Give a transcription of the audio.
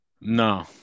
no